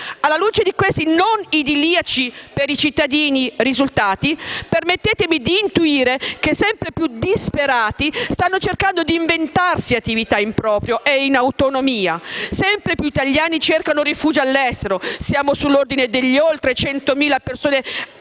Alla luce di questi dati non idilliaci per i cittadini permettetemi di intuire che sempre più disperati stanno cercando dì inventarsi attività in proprio e in autonomia, sempre più italiani cercano rifugio all'estero! Siamo sull'ordine dei 100.000 all'anno!